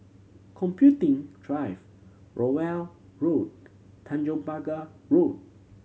Computing Drive Rowell Road Tanjong Pagar Road